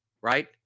right